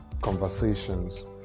conversations